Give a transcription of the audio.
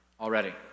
already